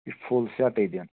یہِ چھُ فُل سیٹٕے دیُن